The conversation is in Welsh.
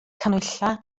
canhwyllau